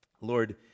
Lord